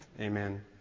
Amen